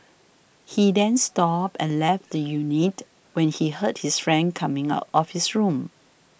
he then stopped and left the unit when he heard his friend coming out of his room